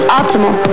optimal